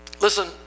Listen